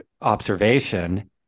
observation